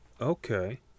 Okay